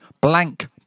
blank